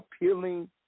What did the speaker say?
appealing